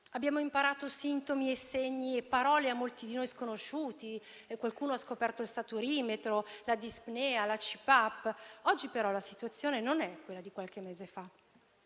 Abbiamo imparato sintomi, segni e parole a molti di noi sconosciuti; qualcuno ha scoperto il saturimetro, la dispnea e la CPAP. Oggi però la situazione non è quella di qualche mese fa